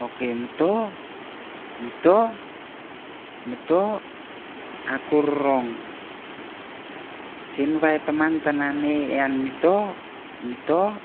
Okay, mi to, mi to, mi to, ako rong. Sin va e tamam ta nane ian mi to, mi to,